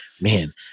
man